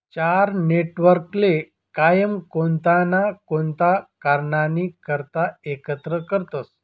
चार नेटवर्कले कायम कोणता ना कोणता कारणनी करता एकत्र करतसं